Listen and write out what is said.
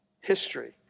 history